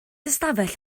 ystafell